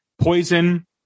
Poison